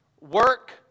Work